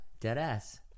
Deadass